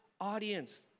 Audience